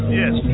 yes